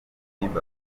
bieber